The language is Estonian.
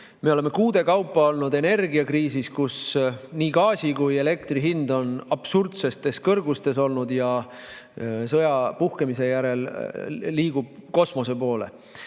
Me oleme kuude kaupa olnud energiakriisis, kus nii gaasi kui ka elektri hind on absurdsetes kõrgustes olnud ja sõja puhkemise järel liiguvad need kosmose poole.